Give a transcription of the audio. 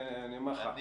אני אומר לך,